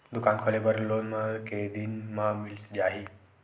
दुकान खोले बर लोन मा के दिन मा मिल जाही?